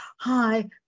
hi